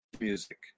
music